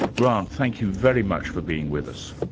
grant, thank you very much for being with us.